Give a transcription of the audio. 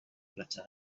platja